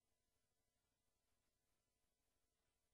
של של חברת הכנסת סופה לנדבר.